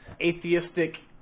atheistic